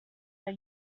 are